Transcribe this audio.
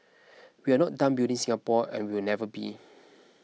we are not done building Singapore and we will never be